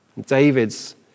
David's